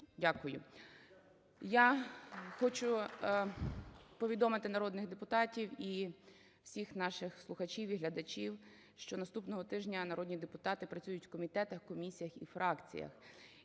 Дякую. Я хочу повідомити народних депутатів і всіх наших слухачів і глядачів, що наступного тижня народні депутати працюють у комітетах, комісіях і фракціях.